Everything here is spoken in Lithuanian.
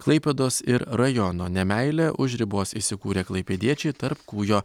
klaipėdos ir rajono ne meilė už ribos įsikūrę klaipėdiečiai tarp kūjo